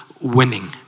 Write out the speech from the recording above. winning